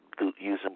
using